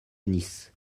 nice